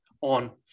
on